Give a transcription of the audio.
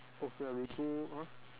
okay ah we go !huh!